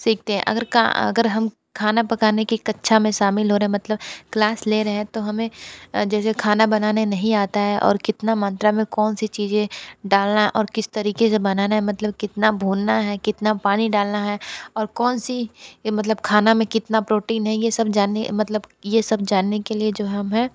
सीखते हैं अगर का अगर हम खाना पकाने की कक्षा में शामिल हो रहे मतलब क्लास ले रहे है तो हमें जैसे खाना बनाने नहीं आता है और कितना मात्रा में कौन सी चीज़ें डालना और किस तरीक़े से बनाना है मतलब कितना भूनना है कितना पानी डालना है और कौन सी मतलब खाने में कितना प्रोटीन है ये सब जानने मतलब ये सब जानने के लिए जो हम है